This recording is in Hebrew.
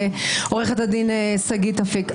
עו"ד שגית אפיק.